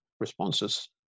responses